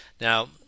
now